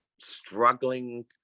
struggling